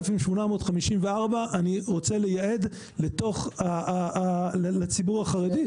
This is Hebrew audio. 3,854 אני רוצה לייעד לציבור החרדי,